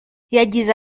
yagize